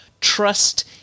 Trust